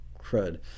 crud